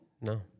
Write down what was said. no